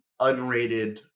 unrated